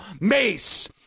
Mace